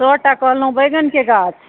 सएटा कहलहुँ बैगनके गाछ